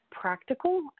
practical